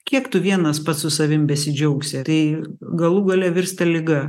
kiek tu vienas pats su savim besidžiaugsi tai galų gale virsta liga